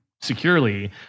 securely